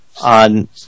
on